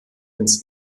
ins